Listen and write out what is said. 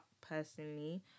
personally